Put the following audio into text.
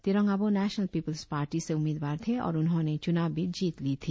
Tirong Aboh national people's party से उम्मीदवार थे और उन्होंने चुनाव भी जीत ली थी